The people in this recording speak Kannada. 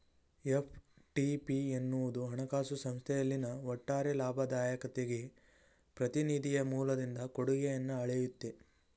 ಎಫ್.ಟಿ.ಪಿ ಎನ್ನುವುದು ಹಣಕಾಸು ಸಂಸ್ಥೆಯಲ್ಲಿನ ಒಟ್ಟಾರೆ ಲಾಭದಾಯಕತೆಗೆ ಪ್ರತಿನಿಧಿಯ ಮೂಲದಿಂದ ಕೊಡುಗೆಯನ್ನ ಅಳೆಯುತ್ತೆ